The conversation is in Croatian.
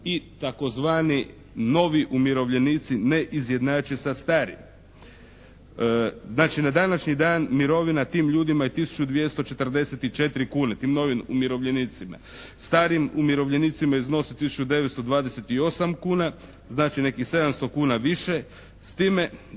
i tzv. novi umirovljenici ne izjednače sa starim. Znači na današnji dan mirovina tim ljudima je tisuću 244 kune, tim novim umirovljenicima. Starim umirovljenicima iznosi tisuću 928 kuna, znači nekih 700 kuna više, s time